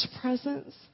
presence